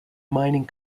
mining